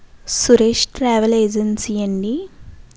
Suresh travel agency అండి